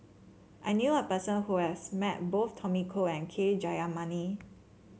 I knew a person who has met both Tommy Koh and K Jayamani